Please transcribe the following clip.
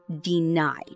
denied